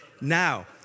Now